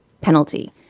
penalty